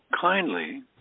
kindly